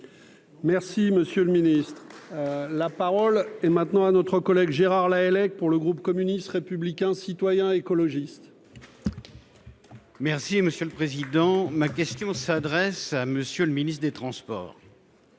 Merci, monsieur le Ministre, la parole est maintenant à notre collègue Gérard Lahellec pour le groupe communiste, républicain, citoyen et écologiste. Merci monsieur le président, ma question s'adresse à monsieur le ministre des transports.